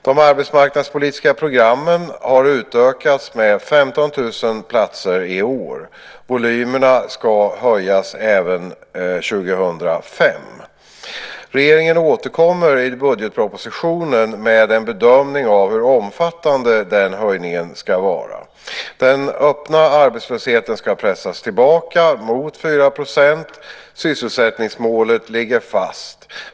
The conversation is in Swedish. De arbetsmarknadspolitiska programmen har utökats med 15 000 platser i år. Volymerna ska höjas även 2005. Regeringen återkommer i budgetpropositionen med en bedömning av hur omfattande den höjningen ska vara. Den öppna arbetslösheten ska pressas tillbaka mot 4 %. Sysselsättningsmålet ligger fast.